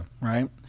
Right